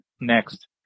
next